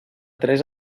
tres